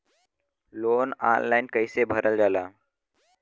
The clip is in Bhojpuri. लोन ऑनलाइन कइसे भरल जाला?